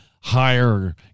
higher